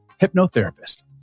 hypnotherapist